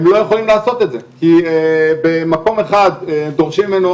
הם לא יכולים לעשות את זה כי במקום אחד דורשים ממנו